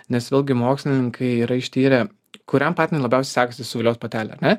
nes vėlgi mokslininkai yra ištyrę kuriam patinui labiausiai sekasi suviliot patelę ar ne